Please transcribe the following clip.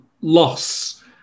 loss